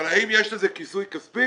האם יש לזה כיסוי כספי